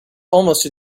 almost